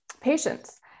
patients